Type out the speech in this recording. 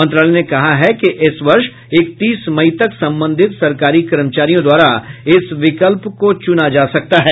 मंत्रालय ने कहा है कि इस वर्ष इकतीस मई तक संबंधित सरकारी कर्मचारियों द्वारा इस विकल्प को चुना जा सकता है